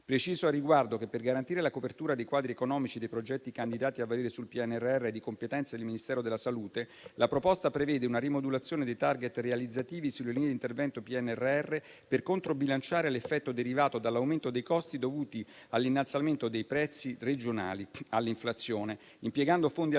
Preciso al riguardo che, per garantire la copertura dei quadri economici dei progetti candidati a valere sul PNRR e di competenza del Ministero della salute, la proposta prevede una rimodulazione dei *target* realizzativi sulle linee di intervento PNRR per controbilanciare l'effetto derivato dall'aumento dei costi dovuti all'innalzamento dei prezzi regionali, all'inflazione, impiegando fondi alternativi